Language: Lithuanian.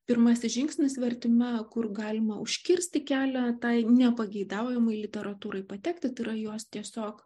pirmasis žingsnis vertime kur galima užkirsti kelią tai nepageidaujamai literatūrai patekti tai yra jos tiesiog